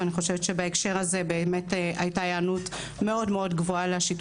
אנחנו רואים שיש גם עלייה באלה שטוענים שאין להם